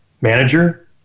manager